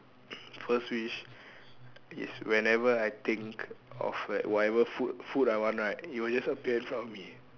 first wish is whenever I think of like whatever food food I want right it will just appear in front of me